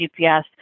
GPS